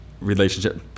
relationship